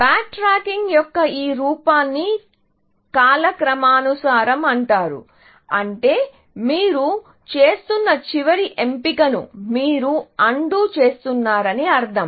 backtracking యొక్క ఈ రూపాన్ని కాలక్రమానుసారం అంటారు అంటే మీరు చేస్తున్న చివరి ఎంపికను మీరు అన్డు చేస్తున్నారని అర్థం